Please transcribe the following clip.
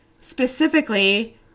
specifically